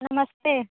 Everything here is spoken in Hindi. नमस्ते